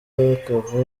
bakava